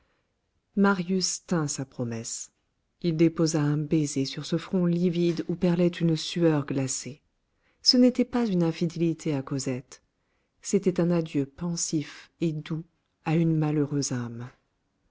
marius tint sa promesse il déposa un baiser sur ce front livide où perlait une sueur glacée ce n'était pas une infidélité à cosette c'était un adieu pensif et doux à une malheureuse âme